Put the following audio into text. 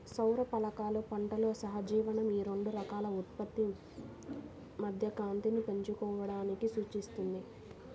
సౌర ఫలకాలు పంటల సహజీవనం ఈ రెండు రకాల ఉత్పత్తి మధ్య కాంతిని పంచుకోవడాన్ని సూచిస్తుంది